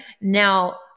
Now